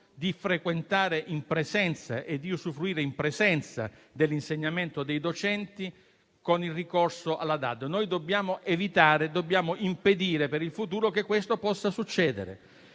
di frequentare in presenza e di usufruire in presenza dell'insegnamento dei docenti con il ricorso alla DAD. Dobbiamo evitarlo e impedire che in futuro questo possa accadere